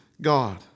God